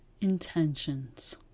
intentions